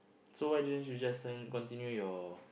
so why didn't you just sign continue your